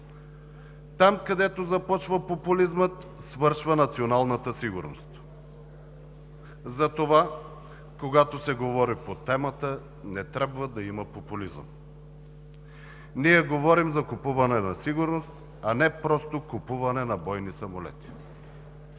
там, където започва популизмът, свършва националната сигурност. Затова, когато се говори по темата, не трябва да има популизъм. Ние говорим за купуване на сигурност, а не просто купуване на бойни самолети.